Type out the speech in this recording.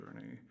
journey